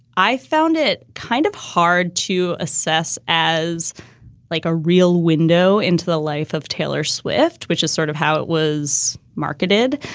i found it kind of hard to assess as like a real window into the life of taylor swift, which is sort of how it was marketed,